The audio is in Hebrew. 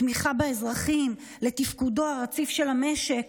תמיכה באזרחים, ולתפקודו הרציף של המשק,